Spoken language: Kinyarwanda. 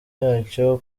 yacyo